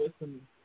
listen